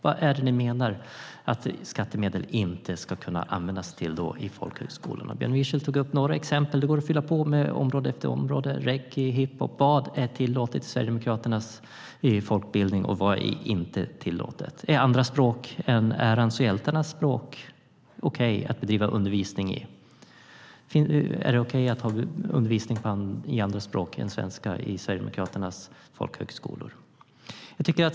Vad är det ni menar att skattemedel inte ska kunna användas till då i folkhögskolorna? Björn Wiechel tog upp några exempel, och det går att fylla på med område efter område. Gäller det reggae, hiphop? Vad är tillåtet och inte tillåtet i Sverigedemokraternas folkbildning? Är andra språk än ärans och hjältarnas språk okej att bedriva undervisning i? Är det okej att ha undervisning i andra språk än svenska i Sverigedemokraternas folkhögskolor?